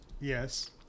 Yes